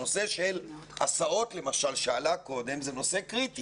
הנושא של ההסעות שעלה קודם, זה נושא קריטי.